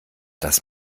das